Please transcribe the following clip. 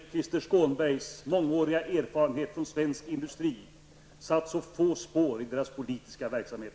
Herr talman! Jag kan bara beklaga att Lars Norbergs och Kristers Skånbergs mångåriga erfarenhet från svensk industri satt så få spår i deras politiska verksamhet.